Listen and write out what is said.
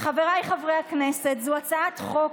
חברי הכנסת וחברות הכנסת,